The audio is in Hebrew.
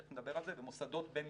תיכף נדבר על זה, במוסדות בינלאומיים.